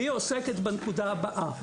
והיא עוסקת בנקודה הבאה,